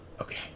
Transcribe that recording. okay